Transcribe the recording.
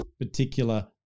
particular